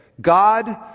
God